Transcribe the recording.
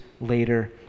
later